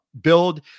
build